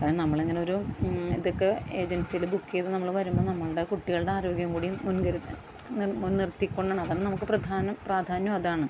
നമ്മൾ അങ്ങനെ ഒരു ഇതൊക്കെ ഏജൻസിയിൽ ബുക്ക് ചെയ്ത് നമ്മൾ വരുമ്പം നമ്മളുടെ കുട്ടികളുടെ ആരോഗ്യം കൂടി മുൻകരു മുൻനിർത്തി കൊണ്ട് നോക്കണം അപ്പം നമുക്ക് പ്രധാനം പ്രാധാന്യം അതാണ്